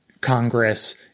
Congress